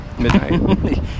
midnight